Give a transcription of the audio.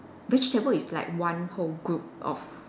vegetable is like one whole group of